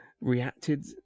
reacted